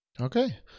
okay